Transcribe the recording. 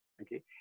okay